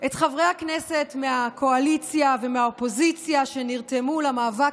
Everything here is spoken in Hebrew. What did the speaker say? את חברי הכנסת מהקואליציה ומהאופוזיציה שנרתמו למאבק